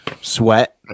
Sweat